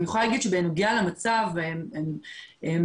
אני יכולה להגיד שבנוגע למצב לאירועים